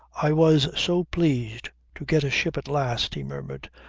i was so pleased to get a ship at last, he murmured,